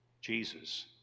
Jesus